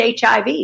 HIV